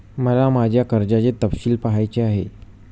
मला माझ्या कर्जाचे तपशील पहायचे आहेत